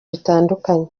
bitandukanye